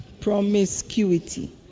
Promiscuity